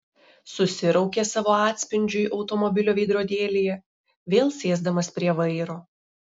susiraukė savo atspindžiui automobilio veidrodėlyje vėl sėsdamas prie vairo